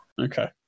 Okay